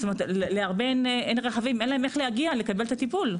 לרבים אין רכבים, אין איך להגיע לקבל את הטיפול.